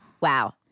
Wow